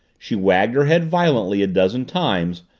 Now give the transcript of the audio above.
she wagged her head violently a dozen times,